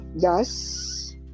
gas